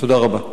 תודה רבה.